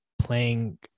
playing